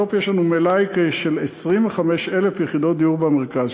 בסוף יש לנו מלאי של 25,000 יחידות דיור במרכז,